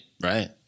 Right